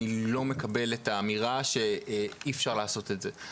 אני לא מקבל את האמירה שאי אפשר לעשות את זה.